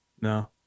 No